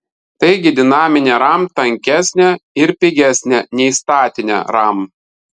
taigi dinaminė ram tankesnė ir pigesnė nei statinė ram